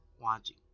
watching